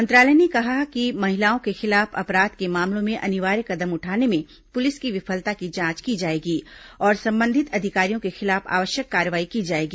मंत्रालय ने कहा कि महिलाओं के खिलाफ अपराध के मामलों में अनिवार्य कदम उठाने में पुलिस की विफलता की जांच की जाएगी और संबंधित अधिकारियों के खिलाफ आवश्यक कार्रवाई की जाएगी